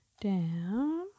down